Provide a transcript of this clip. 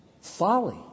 folly